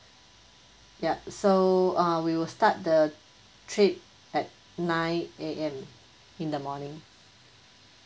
yup so uh we will start the trip at nine A_M in the morning